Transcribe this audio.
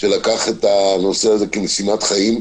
שלקח את הנושא הזה כמשימת חיים.